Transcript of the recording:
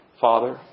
father